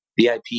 VIP